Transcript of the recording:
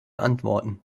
antworten